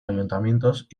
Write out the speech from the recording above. ayuntamientos